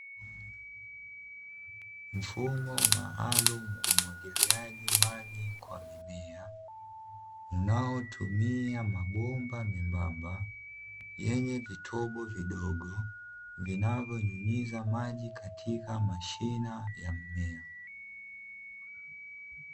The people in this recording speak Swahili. Mfumo maalumu wa umwagiliaji maji kwa mimea, unaotumia mabomba membamba yenye vitobo vidogo, vinavyonyunyiza maji katika mashina ya mmea.